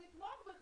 נתמוך בך.